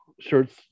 shirts